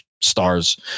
stars